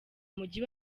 mujyi